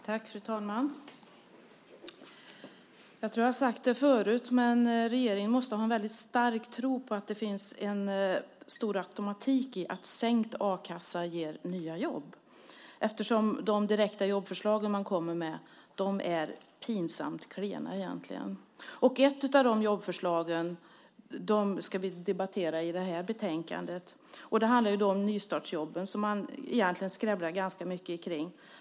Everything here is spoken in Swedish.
Fru talman! Jag tror att jag har sagt det förut, men regeringen måste ha en väldigt stark tro på att det finns en stor automatik i att sänkt a-kassa ger nya jobb, eftersom de direkta jobbförslag man kommer med är pinsamt klena. Ett av de jobbförslagen behandlas i det här betänkandet, och det ska vi debattera nu. Det handlar om nystartsjobben, som man skrävlar ganska mycket om.